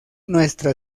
nuestra